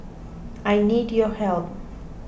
I need your help